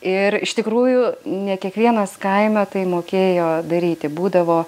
ir iš tikrųjų ne kiekvienas kaime tai mokėjo daryti būdavo